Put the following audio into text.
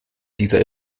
dieser